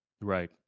Right